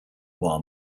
while